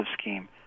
scheme